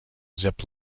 zip